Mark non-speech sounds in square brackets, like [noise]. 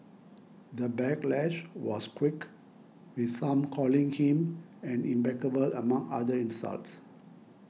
the backlash was quick with some calling him an [unintelligible] among other insults